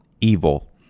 evil